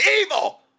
evil